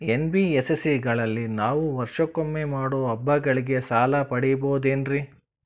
NBSC ಗಳಲ್ಲಿ ನಾವು ವರ್ಷಕೊಮ್ಮೆ ಮಾಡೋ ಹಬ್ಬಗಳಿಗೆ ಸಾಲ ಪಡೆಯಬಹುದೇನ್ರಿ?